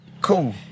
Cool